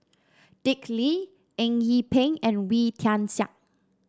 Dick Lee Eng Yee Peng and Wee Tian Siak